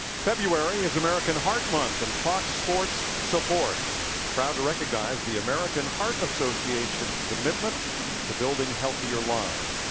february is american heart month. and fox sports supports proud to recognize the american heart association's commitment to building healthier lives.